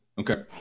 okay